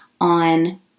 on